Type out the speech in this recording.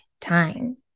time